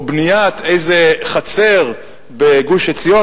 או בניית איזה חצר בגוש-עציון,